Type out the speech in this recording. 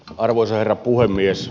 arvoisa herra puhemies